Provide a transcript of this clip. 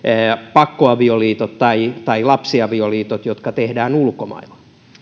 pakkoavioliitot tai tai lapsiavioliitot jotka tehdään ulkomailla